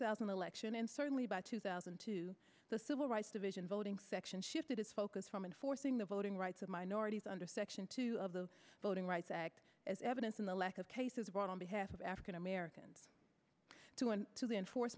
thousand election and certainly by two thousand and two the civil rights division voting section shifted its focus from enforcing the voting rights of minorities under section two of the voting rights act as evidence in the lack of cases brought on behalf of african americans to and to the enforce